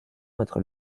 entre